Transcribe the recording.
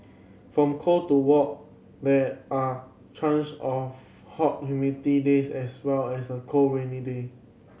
from cold to what there are choice of hot humid days as well as the cold rainy day